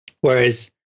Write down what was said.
whereas